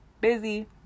busy